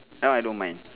now I don't mind